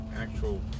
actual